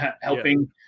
helping